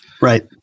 Right